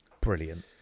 Brilliant